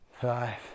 five